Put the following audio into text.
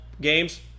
games